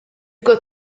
got